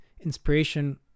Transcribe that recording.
inspiration